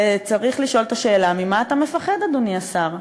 וצריך לשאול את השאלה: ממה אתה מפחד, אדוני השר?